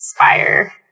inspire